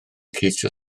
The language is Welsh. ceisio